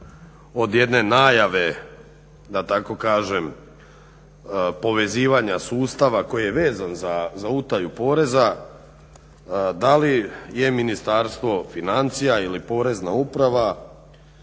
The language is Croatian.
od jedne najave povezivanja sustava koji je vezan za utaju poreza, da li je Ministarstvo financija ili Porezna uprava